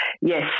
Yes